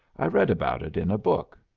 i read about it in a book.